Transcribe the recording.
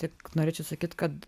tik norėčiau sakyt kad